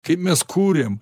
kai mes kūrėm